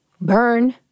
burn